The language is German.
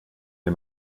mir